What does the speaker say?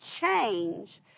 change